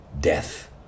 death